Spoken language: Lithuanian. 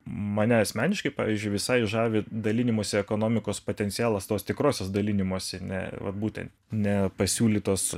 mane asmeniškai pavyzdžiui visai žavi dalinimosi ekonomikos potencialas tos tikrosios dalinimosi ne va būtent ne pasiūlytos